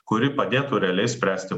kuri padėtų realiai spręsti